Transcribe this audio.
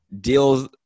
deals